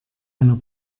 einer